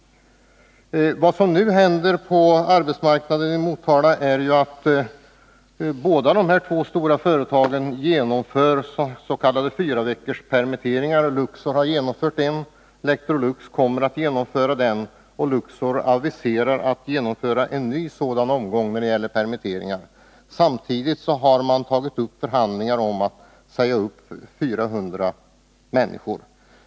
Vad som nu händer på arbetsmarknaden i Motala är att de två stora företagen där genomför s.k. fyraveckorspermitteringar. Luxor har redan gjort det, och Electrolux kommer att göra det. Dessutom aviserar Luxor att man ämnar genomföra ytterligare en omgång permitteringar. Samtidigt har man tagit upp förhandlingar om uppsägning av 400 människor.